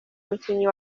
mukinnyi